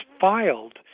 filed